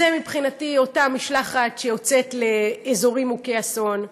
זו מבחינתי אותה משלחת שיוצאת לאזורים מוכי אסון,